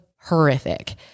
horrific